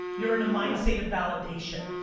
you're in a mindset of validation.